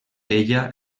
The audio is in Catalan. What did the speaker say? ella